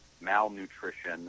malnutrition